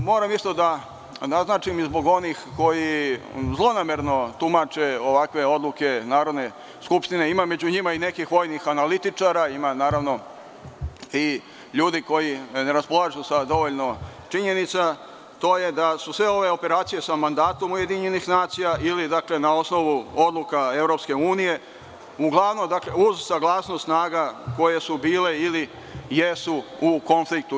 Moram isto da naznačim i zbog onih koji zlonamerno tumače ovakve odluke Narodne skupštine, ima među njima i vojnih analitičara, ima i ljudi koji ne raspolažu sa dovoljno činjenica, to je da su sve ove operacije sa mandatom UN ili na osnovu odluka EU, uz saglasnost snaga koje su bile ili jesu u konfliktu.